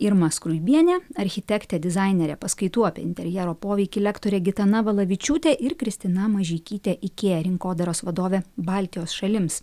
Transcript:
irma skruibienė architektė dizainerė paskaitų apie interjero poveikį lektorė gitana valavičiūtė ir kristina mažeikytė ikea rinkodaros vadovė baltijos šalims